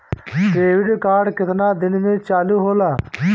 Debit card केतना दिन में चालु होला?